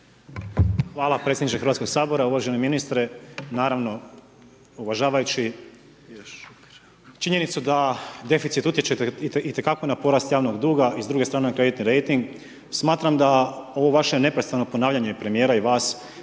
Hvala predsjedniče Hrvatskog sabora, uvaženi ministre naravno uvažavajući činjenicu da deficit utječe i te kako na porast javnog duga i s druge strane na kreditni rejting smatram da ovo vaše neprestano ponavljanje premijera i vas